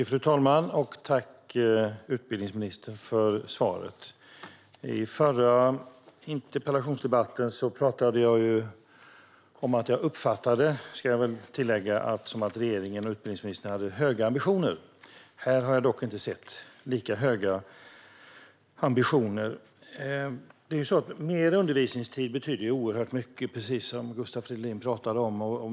Fru talman! Tack, utbildningsministern, för svaret! I vår förra interpellationsdebatt uppfattade jag det som att regeringen och utbildningsministern hade höga ambitioner. Här har jag dock inte sett lika höga ambitioner. Mer undervisningstid betyder oerhört mycket, precis som Gustav Fridolin pratade om.